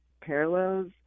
parallels